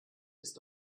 ist